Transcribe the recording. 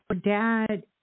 dad